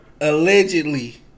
Allegedly